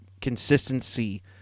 consistency